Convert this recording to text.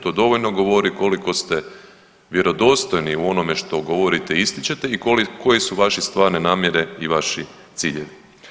To dovoljno govori koliko ste vjerodostojni u onome što govorite i ističete i koje su vaše stvarne namjere i vaši ciljevi.